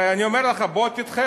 הרי אני אומר לך: בוא תדחה,